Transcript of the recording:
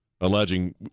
alleging